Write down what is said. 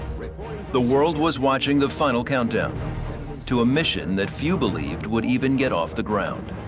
the world was watching the final countdown to a mission that few believed would even get off the ground.